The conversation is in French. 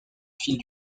fil